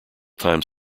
time